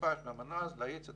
מהמתפ"ש והמנהא"ז להאיץ את